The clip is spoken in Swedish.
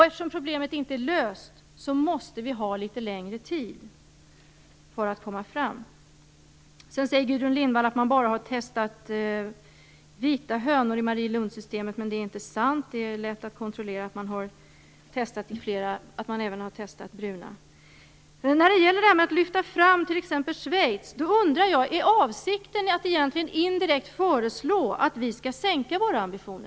Eftersom problemet inte är löst måste vi ha litet längre tid för att kunna komma fram. Gudrun Lindvall påstod att man bara har testat vita hönor i Marielundssystemet, men det är inte sant. Det är lätt att kontrollera att man även har testat bruna hönor. När man lyfter fram t.ex. Schweiz undrar jag om avsikten egentligen är att indirekt föreslå att vi skall sänka våra ambitioner.